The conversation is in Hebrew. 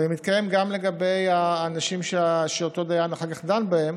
ומתקיים גם לגבי האנשים שאותו דיין אחר כך דן בהם.